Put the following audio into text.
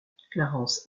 clarence